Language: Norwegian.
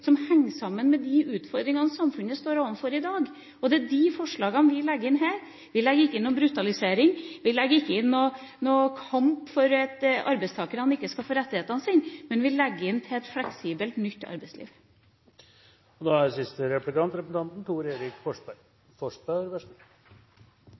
som henger sammen med de utfordringene samfunnet står overfor i dag. Det er de forslagene vi legger inn her. Vi legger ikke inn noen forslag om brutalisering. Vi legger ikke inn noen forslag om kamp for at arbeidstakerne ikke skal få rettighetene sine. Men vi legger inn forslag om et fleksibelt nytt